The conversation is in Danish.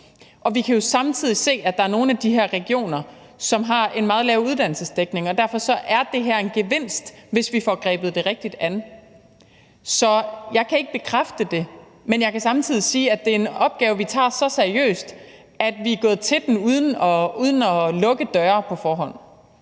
Og vi kan jo samtidig se, at der er nogle af de her regioner, som har en meget lav uddannelsesdækning, og derfor er det her en gevinst, hvis vi får grebet det rigtigt an. Så jeg kan ikke bekræfte det, men jeg kan samtidig sige, at det er en opgave, vi tager så seriøst, at vi er gået til den uden at lukke døre på forhånd.